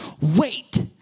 Wait